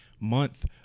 month